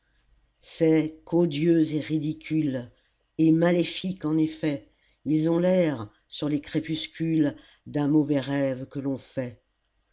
c'est qu'odieux et ridicules et maléfiques en effet ils ont l'air sur les crépuscules d'un mauvais rêve que l'on fait